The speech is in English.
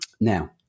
Now